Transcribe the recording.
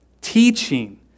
teaching